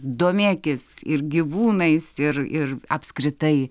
domėkis ir gyvūnais ir ir apskritai